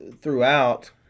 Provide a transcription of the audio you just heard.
throughout